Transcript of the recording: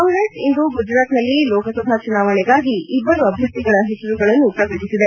ಕಾಂಗೆಸ್ ಇಂದು ಗುಜರಾತ್ನಲ್ಲಿ ಲೋಕಸಭಾ ಚುನಾವಣೆಗಾಗಿ ಇಬ್ಬರು ಅಭ್ಯರ್ಥಿಗಳ ಹೆಸರುಗಳನ್ನು ಪ್ರಕಟಿಸಿದೆ